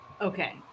Okay